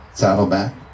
Saddleback